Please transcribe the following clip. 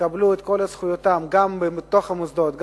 יקבלו את כל זכויותיהם גם בתוך המוסדות,